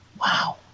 wow